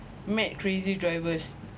mad crazy drivers